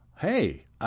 hey